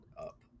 up